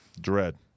dread